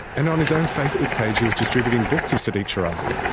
and on his own facebook page he was distributing books of sadiq shirazi,